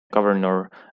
governor